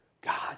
God